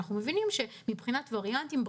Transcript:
אנחנו מבינים שמבחינת וריאנטים,